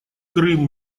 крым